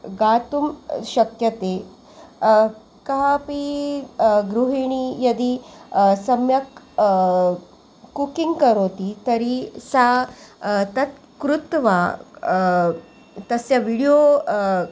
गातुं शक्यते कापी गृहिणी यदि सम्यक् कुकिङ्ग् करोति तर्हि सा तत् कृत्वा तस्य विडियो